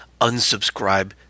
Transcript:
unsubscribe